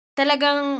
talagang